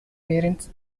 parents